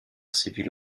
civile